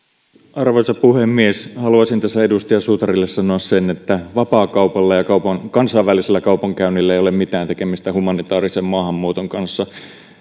arvoisa puhemies haluaisin tässä edustaja suutarille sanoa sen että vapaakaupalla ja kansainvälisellä kaupankäynnillä ei ole mitään tekemistä humanitaarisen maahanmuuton kanssa